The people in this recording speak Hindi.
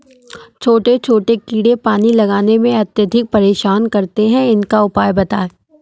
छोटे छोटे कीड़े पानी लगाने में अत्याधिक परेशान करते हैं इनका उपाय बताएं?